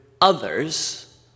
others